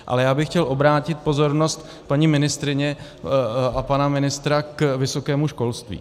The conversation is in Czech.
Ale já bych chtěl obrátit pozornost paní ministryně a pana ministra k vysokému školství.